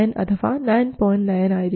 9 ആയിരിക്കും